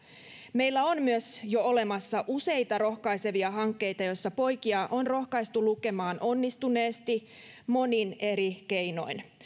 meillä on myös jo olemassa useita rohkaisevia hankkeita joissa poikia on rohkaistu lukemaan onnistuneesti monin eri keinoin